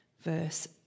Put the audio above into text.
verse